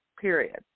period